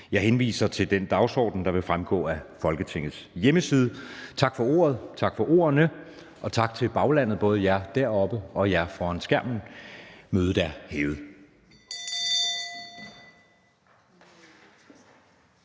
Jeg henviser til den dagsorden, der vil fremgå af Folketingets hjemmeside. Tak for ordet, tak for ordene, og tak til baglandet, både jer deroppe og jer foran skærmen. Mødet er hævet.